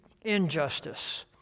injustice